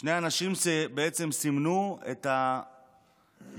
שני אנשים שבעצם סימנו את היהודים